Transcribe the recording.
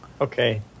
Okay